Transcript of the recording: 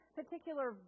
particular